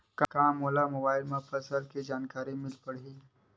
का मोला मोबाइल म फसल के जानकारी मिल पढ़ही?